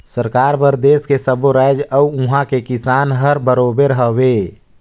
सरकार बर देस के सब्बो रायाज अउ उहां के किसान हर बरोबर हवे